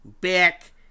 back